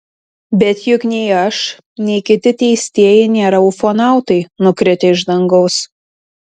bet juk nei aš nei kiti teistieji nėra ufonautai nukritę iš dangaus